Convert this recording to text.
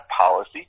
policy